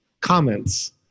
comments